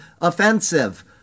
offensive